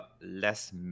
less